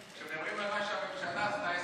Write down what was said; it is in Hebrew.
כשמדברים על מה שהממשלה עשתה,